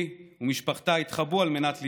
היא ומשפחתה התחבאו על מנת להינצל.